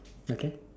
okay